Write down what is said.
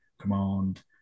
command